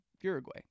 uruguay